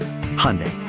Hyundai